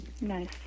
nice